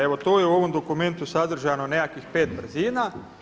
Evo to je u ovom dokumentu sadržano nekakvih 5 brzina.